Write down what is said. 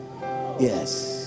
Yes